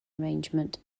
arrangement